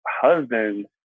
husband